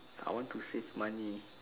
I want to save money